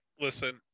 Listen